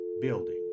building